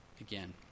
again